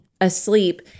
asleep